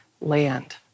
land